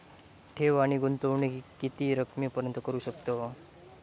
ठेव आणि गुंतवणूकी किती रकमेपर्यंत करू शकतव?